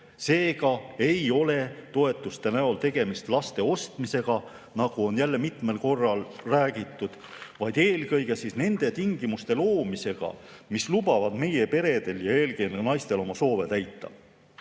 Seega ei ole toetuste näol tegemist laste ostmisega, nagu on jälle mitmel korral räägitud, vaid eelkõige nende tingimuste loomisega, mis lubavad meie peredel ja eelkõige naistel oma soove täita.